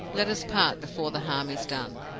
let us part before the harm is done.